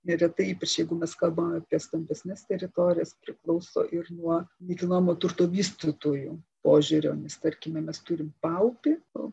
neretai ypač jeigu mes kalbam apie stambesnes teritorijas priklauso ir nuo nekilnojamo turto vystytojų požiūrio nes tarkime mes turime paupį